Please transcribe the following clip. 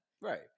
Right